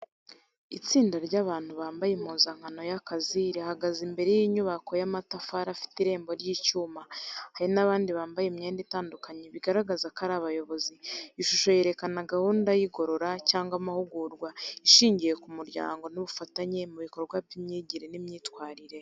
Itsinda ry’abantu bambaye impuzankano y’akazi rihagaze imbere y’inyubako y’amatafari ifite irembo ry’icyuma. Hari n’abandi bambaye imyenda itandukanye, bigaragaza ko ari abayobozi. Iyi shusho yerekana gahunda y’igorora cyangwa amahugurwa, ishingiye ku miryango n’ubufatanye mu bikorwa by’imyigire n’imyitwarire.